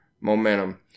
momentum